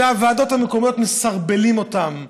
והוועדות המקומיות מסרבלות אותם.